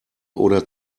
oder